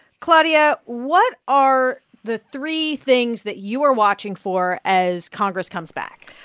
claudia, what are the three things that you are watching for as congress comes back?